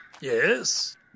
Yes